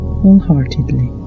wholeheartedly